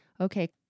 Okay